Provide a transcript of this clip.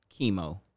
chemo